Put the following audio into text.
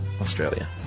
Australia